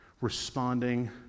responding